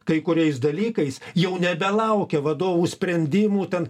kai kuriais dalykais jau nebelaukia vadovų sprendimų ten